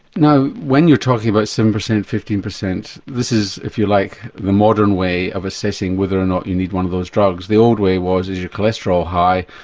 now when you're talking about seven per cent, fifteen per cent, this is if you like the modern way of assessing whether or not you need one of those drugs. the old way was, is your cholesterol high,